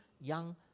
young